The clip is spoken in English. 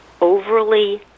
overly